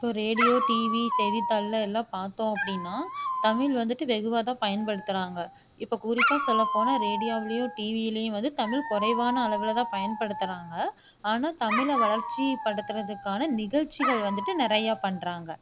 இப்போது radio TV செய்திதாளில் எல்லாம் பார்த்தோம் அப்படினா தமிழ் வந்துட்டு வெகுவாகதான் பயன்படுத்தறாங்க இப்போ குறிப்பாக சொல்ல போனால் ரேடியாவிலயோ டீவிலையும் வந்து தமிழ் குறைவான அளவில்தான் பயன்படுத்தறாங்க ஆனால் தமிழ் வளர்ச்சிபடுத்துறதுக்கான நிகழ்ச்சிகள் வந்துட்டு நிறையா பண்ணுறாங்க